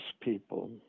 people